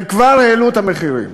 הם כבר העלו את המחירים.